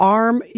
arm